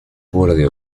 borde